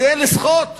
כדי לסחוט